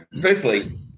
firstly